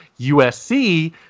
USC